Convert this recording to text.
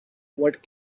what